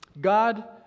god